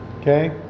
Okay